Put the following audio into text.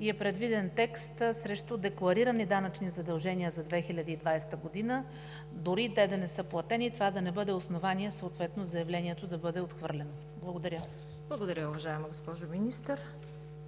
и е предвиден текст срещу декларирани данъчни задължения за 2020 г., и дори те да не са платени това да не бъде основание съответно заявлението да бъде отхвърлено. Благодаря. ПРЕДСЕДАТЕЛ ЦВЕТА КАРАЯНЧЕВА: Благодаря, уважаема госпожо Министър.